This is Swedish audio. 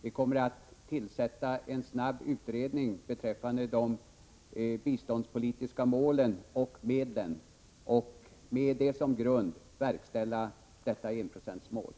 Vi kommer att tillsätta en snabbutredning beträffande de biståndspolitiska målen och medlen och med den som grund uppfylla enprocentsmålet.